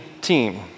team